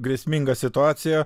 grėsmingą situaciją